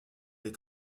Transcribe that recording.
les